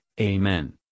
Amen